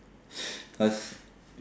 cause